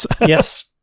Yes